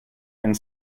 and